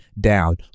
down